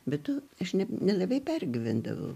bet aš ne nelabai pergyvendavau